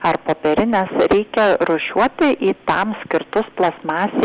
ar popierinės reikia rūšiuoti į tam skirtus plastmasei